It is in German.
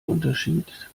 unterschied